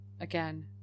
Again